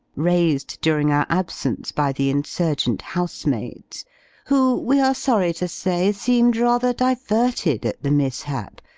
raised during our absence by the insurgent housemaids who, we are sorry to say, seemed rather diverted at the mishap,